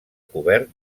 cobert